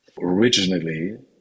Originally